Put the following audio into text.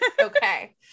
Okay